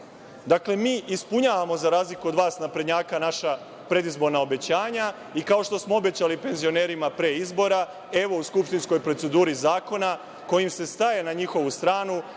mi ispunjavamo, za razliku od vas naprednjaka, naša predizborna obećanja i kao što smo obećali penzionerima pre izbora, evo u skupštinskoj proceduri zakona kojim se staje na njihovu stranu,